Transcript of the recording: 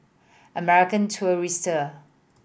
American Tourister